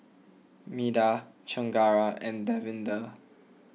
Medha Chengara and Davinder